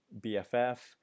BFF